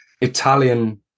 Italian